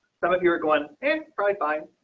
some of you are going in probably fine.